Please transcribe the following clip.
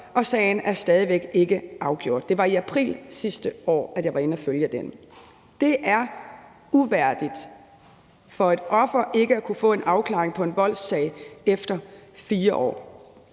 og sagen er stadig væk ikke afgjort. Det var i april sidste år, jeg var inde at følge den. Det er uværdigt for et offer ikke at kunne få en afklaring på en voldssag efter 4 år.